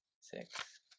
six